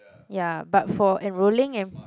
ya but for enrolling and